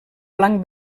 blanc